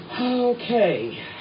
Okay